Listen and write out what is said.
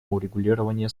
урегулирования